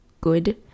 good